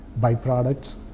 byproducts